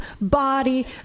body